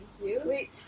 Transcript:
Wait